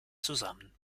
zusammen